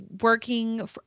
working